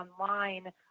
online